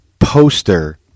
poster